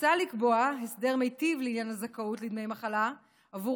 מוצע לקבוע הסדר מיטיב לעניין הזכאות לדמי מחלה עבור